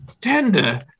tender